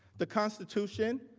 the constitution,